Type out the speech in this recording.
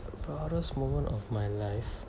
proudest moment of my life